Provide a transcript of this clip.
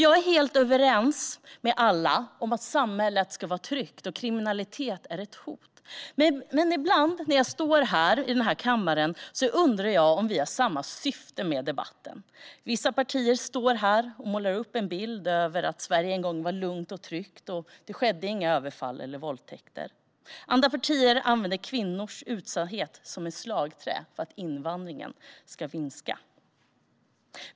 Jag är helt överens med alla om att samhället ska vara tryggt och att kriminalitet är ett hot. Men ibland när jag står här i kammaren undrar jag om vi har samma syfte med debatten. Vissa partier står här och målar upp en bild av att Sverige en gång var lugnt och tryggt och att inga överfall eller våldtäkter skedde. Andra partier använder kvinnors utsatthet som ett slagträ för att invandringen ska minska.